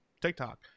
TikTok